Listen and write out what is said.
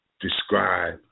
describe